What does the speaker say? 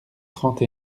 trente